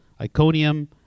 Iconium